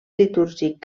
litúrgic